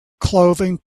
clothing